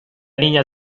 niña